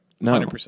No